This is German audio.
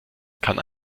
kann